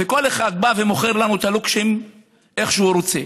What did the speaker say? וכל אחד בא ומוכר לנו את הלוקשים איך שהוא רוצה.